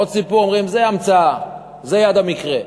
עוד סיפור, אומרים: זה המצאה, זה יד המקרה.